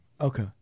okay